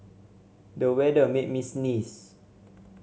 the weather made me sneeze